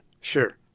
Sure